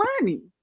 money